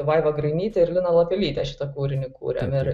vaiva grainyte ir lina lapelyte šitą kūrinį kūrėm ir